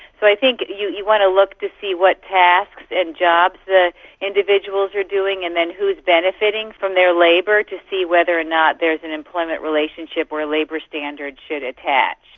so i think you you want to look to see what tasks and jobs the individuals are doing and then who's benefiting from their labour to see whether or not there is an employment relationship or labour standards should attach.